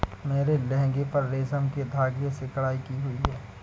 मेरे लहंगे पर रेशम के धागे से कढ़ाई की हुई है